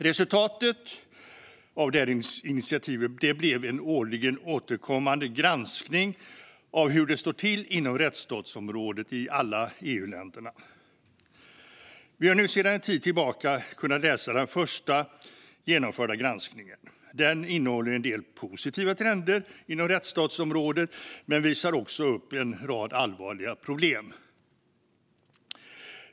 Resultatet av initiativet blev en årligen återkommande granskning av hur det står till på rättsstatsområdet i alla EU-länder. Vi har sedan en tid tillbaka kunnat läsa den första genomförda granskningen. Den innehåller en del positiva trender inom rättsstatsområdet, men den visar också upp en rad allvarliga problem.